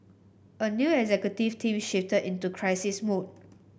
a new executive team shifted into crisis mode